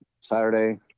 Saturday